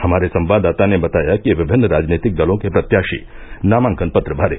हमारे संवददाता ने बताय कि विभिन्न राजनीतिक दलों के प्रत्याशी नामांकन पत्र भरे